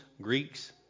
Greeks